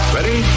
Ready